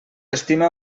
estima